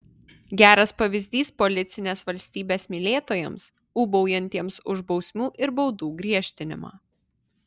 geras pavyzdys policinės valstybės mylėtojams ūbaujantiems už bausmių ir baudų griežtinimą